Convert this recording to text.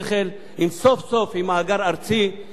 עם תוכנת רישום אחידה לכל הארץ,